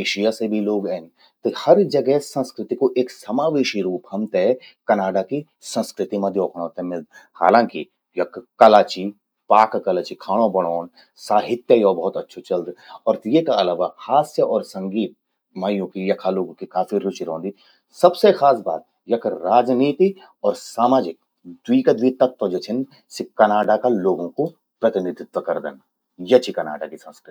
एशिया से भी लोग एन, त हर जगै संस्कृति कु एक समावेशी रूप हमते कनाडा कि संस्कृति मां द्योखणों ते मिल्द। हालाकिं, यख कला चि, पाक कला चि खाणों बणौंण, साहित्य यो भौत अच्छु चलद, और येका अलावा हास्य और संगीत मां यूंकि यखा लोगूं कि काफी रुचि रौंदि। सबसे खास बात यख राजनीति और सामाजिक द्वी का द्वी तत्व ज्वो छिन सि कनाडा का लोगूं कू प्रतिनिधित्व करदन। या चि कनाडा की संस्कृति।